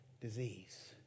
disease